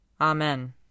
Amen